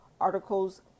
Articles